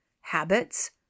habits